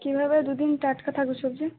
কীভাবে দু দিন টাটকা থাকবে সবজি